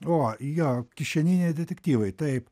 o jo kišeniniai detektyvai taip